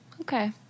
okay